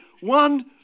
One